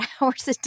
hours